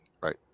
Right